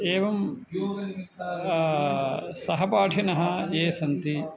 एवं सहपाठिनः ये सन्ति